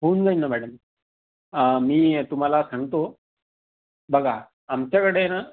होऊन जाईन ना मॅडम मी तुम्हाला सांगतो बघा आमच्याकडे ना